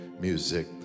music